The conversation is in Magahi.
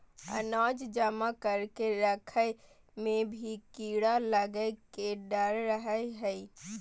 अनाज जमा करके रखय मे भी कीड़ा लगय के डर रहय हय